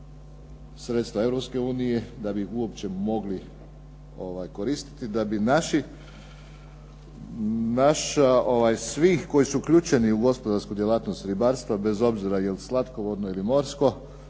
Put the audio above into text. unije da bi uopće mogli koristiti da bi naša svih koji su uključeni u gospodarsku djelatnost ribarstva, bez obzira da li je slatkovodno ili morsko